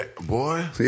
Boy